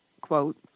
Quote